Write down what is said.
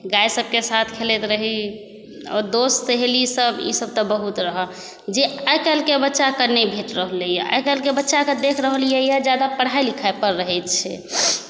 गे सबकेँ साथ खेलैत रही आओर दोस्त सहेली सभ ई सभ तऽ बहुत रहै जे आइकाल्हिके बच्चाकेँ नहि भेटि रहलै यऽ आइकाल्हिके बच्चाके देख रहलिऐ यऽ ज्यादा पढ़ाई लिखे पर रहै छै